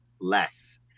less